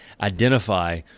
identify